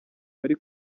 bari